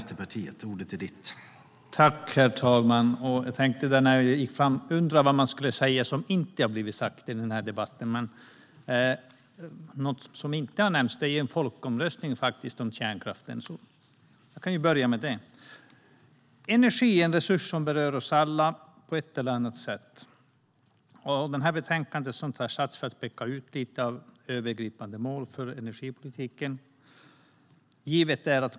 Herr talman! Vad kan jag säga som inte redan har sagts i denna debatt, tänkte jag när jag gick fram till talarstolen. Något som inte har nämnts är en folkomröstning om kärnkraften, så jag kan ju börja med det. Energi är en resurs som berör oss alla på ett eller annat sätt. Detta betänkande tar sats för att peka ut det övergripande målet för energipolitiken.